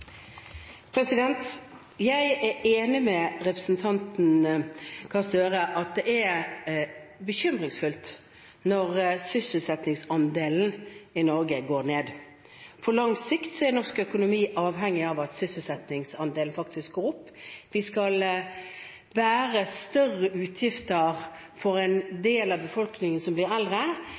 Jeg er enig med representanten Gahr Støre i at det er bekymringsfullt når sysselsettingsandelen i Norge går ned. På lang sikt er norsk økonomi avhengig av at sysselsettingsandelen går opp. Vi skal bære større utgifter for en del av befolkningen som blir eldre,